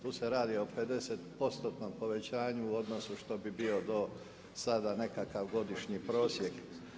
Tu se radi o 50%-tnom povećanju u odnosu što bi bio do sada nekakav godišnji prosjek.